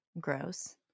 Gross